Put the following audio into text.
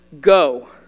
go